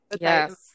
Yes